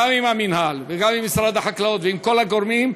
גם עם המינהל וגם עם משרד החקלאות ועם כל הגורמים,